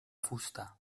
fusta